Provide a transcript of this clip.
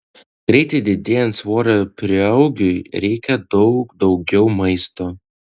greitai didėjant svorio prieaugiui reikia daug daugiau maisto